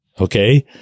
okay